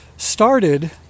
Started